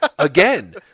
Again